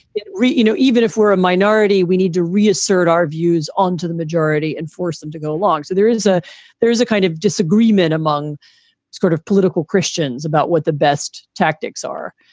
right, you know, even if we're a minority, we need to reassert our views onto the majority and force them to go along. so there is a there is a kind of disagreement among sort of political christians about what the best tactics are.